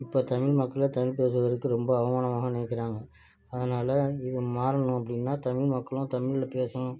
இப்போ தமிழ் மக்களே தமிழ் பேசுவதற்கு ரொம்ப அவமானமாக நினைக்கிறாங்க அதனால் இது மாறணும் அப்படின்னா தமிழ் மக்களும் தமிழ்ல பேசணும்